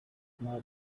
not